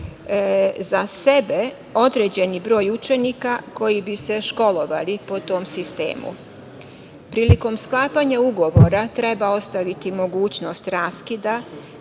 za sebe određeni broj učenika koji bi se školovali po tom sistemu. Prilikom sklapanja ugovora treba ostaviti mogućnost raskida,